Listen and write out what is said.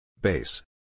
Base